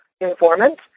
informant